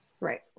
Right